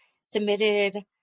submitted